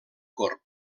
cort